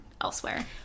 elsewhere